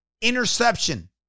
interception